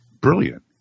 brilliant